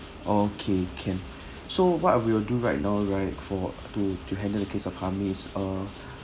okay can so what we'll do right now right for to to handle the case of Hami is uh